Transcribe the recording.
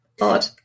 odd